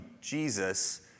Jesus